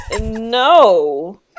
no